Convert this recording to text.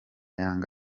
yanga